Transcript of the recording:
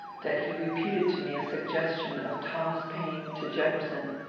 that he repeated to me a suggestion of thomas paine to jef ferson,